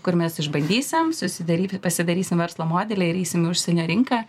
kur mes išbandysim susidaryti pasidarysim verslo modelį ir eisim į užsienio rinką